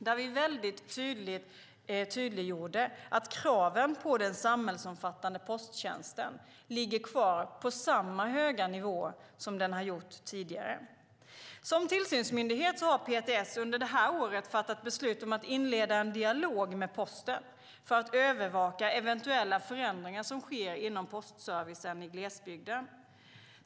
Där tydliggjorde vi att kraven på den samhällsomfattande posttjänsten ligger kvar på samma höga nivå som tidigare. Som tillsynsmyndighet har PTS under det här året fattat beslut om att inleda en dialog med posten för att övervaka eventuella förändringar inom postservicen i glesbygden.